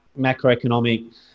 macroeconomic